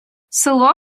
село